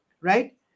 Right